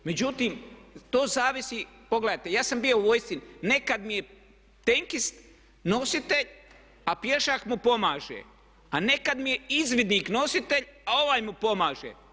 Međutim to zavisi, pogledajte ja sam bio u vojsci, nekad mi je tenkist nositelj a pješak mu pomaže, a nekad mi je izvidnik nositelj a ovaj mu pomaže.